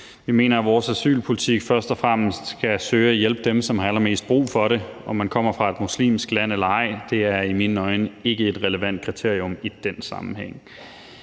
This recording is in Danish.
Vi mener, at vores asylpolitik først og fremmest skal søge at hjælpe dem, som har allermest brug for det. Om man kommer fra et muslimsk land eller ej, er i mine øjne ikke et relevant kriterium i den sammenhæng.